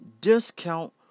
discount